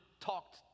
talked